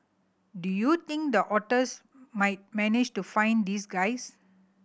do you think the otters might manage to find these guys